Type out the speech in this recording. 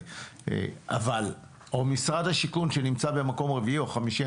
או משרד השיכון שנמצא במקום רביעי או חמישי,